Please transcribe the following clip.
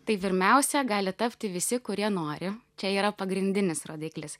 tai pirmiausia gali tapti visi kurie nori čia yra pagrindinis rodiklis